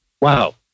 wow